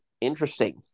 Interesting